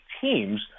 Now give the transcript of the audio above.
teams